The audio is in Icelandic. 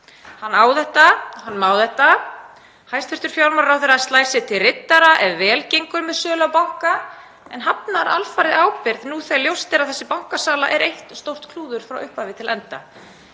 Hann á þetta og má þetta. Hæstv. fjármálaráðherra slær sig til riddara ef vel gengur með sölu á banka en hafnar alfarið ábyrgð nú þegar ljóst er að þessi bankasala var eitt stórt klúður frá upphafi til enda.